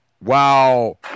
Wow